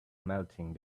melting